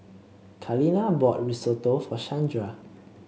Kaleena bought Risotto for Shandra